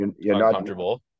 uncomfortable